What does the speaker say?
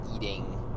eating